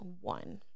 one